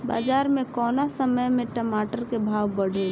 बाजार मे कौना समय मे टमाटर के भाव बढ़ेले?